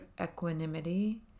equanimity